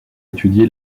étudié